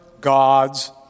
gods